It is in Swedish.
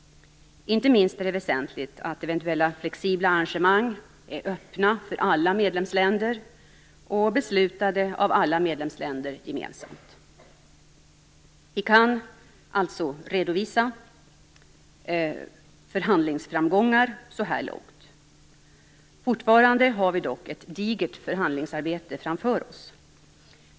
Inte minst är det väsentligt att eventuella flexibla arrangemang är öppna för alla medlemsländer och beslutade av alla medlemsländer gemensamt. Vi kan alltså redovisa förhandlingsframgångar så här långt. Fortfarande har vi dock ett digert förhandlingsarbete framför oss.